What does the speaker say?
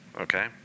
okay